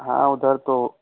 हाँ उधर तो